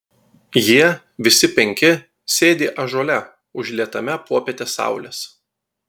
jie visi penki sėdi ąžuole užlietame popietės saulės